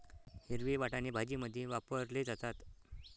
हिरवे वाटाणे भाजीमध्ये वापरले जातात